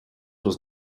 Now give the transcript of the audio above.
was